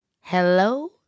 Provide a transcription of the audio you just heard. Hello